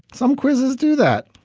some quizzes do that.